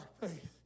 faith